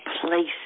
place